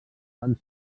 van